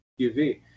uv